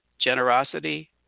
generosity